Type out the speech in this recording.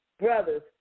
Brothers